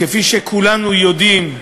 כפי שכולנו יודעים,